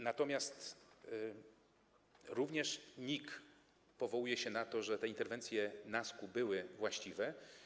Natomiast również NIK powołuje się na to, że te interwencje NASK-u były właściwe.